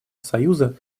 союза